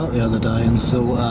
the other day, and so